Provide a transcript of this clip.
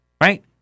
right